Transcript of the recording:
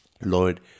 Lord